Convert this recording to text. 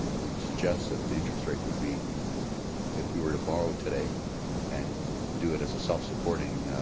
would suggest that the interest rate would be if we were to borrow today and do it as a self-supporting